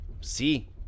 See